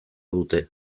dute